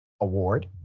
award